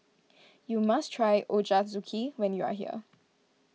you must try Ochazuke when you are here